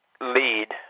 lead